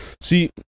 See